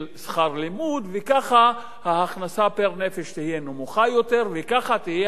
וכך ההכנסה פר-נפש תהיה נמוכה יותר והמשפחה תהיה זכאית,